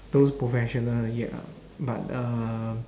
those professional yet ah but uh